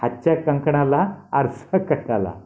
हातच्या कंकणाला आरसा कशाला